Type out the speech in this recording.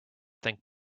think